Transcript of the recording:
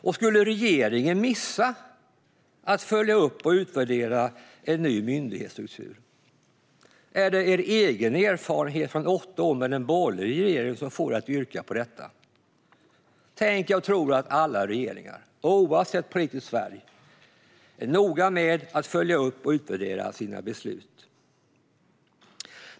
Och skulle regeringen missa att följa upp och utvärdera en ny myndighetsstruktur? Är det er egen erfarenhet från åtta år med en borgerlig regering som får er att yrka på detta? Tänk, jag tror att alla regeringar, oavsett politisk färg, är noga med att följa upp och utvärdera sina beslut.